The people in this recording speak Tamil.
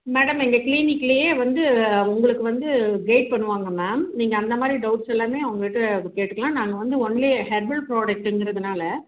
மேடம் எங்க கிளீனிக்லையே வந்து உங்களுக்கு வந்து கெயிட் பண்ணுவாங்க மேம் நீங்கள் அந்த மாதிரி டௌட்ஸ் எல்லாமே அவங்கள்கிட்ட இது கேட்டுக்கலாம் நாங்கள் வந்து ஒன்லி ஹெர்பல் புரோடக்ட்டுங்கிறதினால